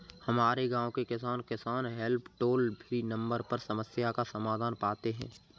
हमारे गांव के किसान, किसान हेल्प टोल फ्री नंबर पर समस्या का समाधान पाते हैं